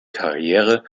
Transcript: karriere